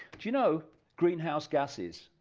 you know greenhouse gases,